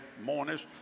mourners